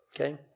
Okay